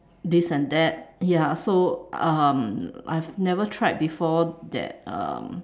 this and that ya so um I've never tried before that um